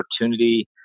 opportunity